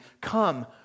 come